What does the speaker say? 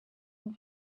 and